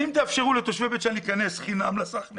ואם תאפשרו לתושבי בית שאן להיכנס חינם לסחנה